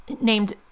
named